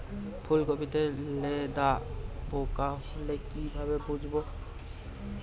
ফুলকপিতে লেদা পোকা হলে কি ভাবে বুঝবো?